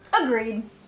Agreed